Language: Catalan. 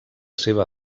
seva